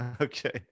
Okay